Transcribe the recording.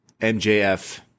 MJF